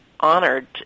honored